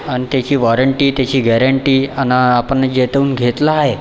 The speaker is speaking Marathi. आणि त्याची वॉरंटी त्याची गॅरंटी आणि आपण जेथून घेतला आहे